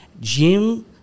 Jim